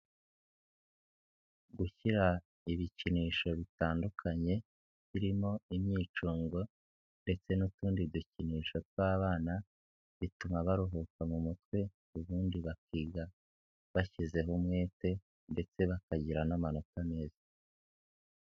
Gushyira ibikinisho bitandukanye birimo imyicunngo ndetse n'utundi dukinisho tw'abana bituma baruhuka mu mutwe ubundi bakiga bashyizeho umwete ndetse bakagira n'amanota meza.